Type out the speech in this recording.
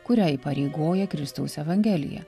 kurią įpareigoja kristaus evangelija